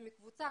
ומקבוצה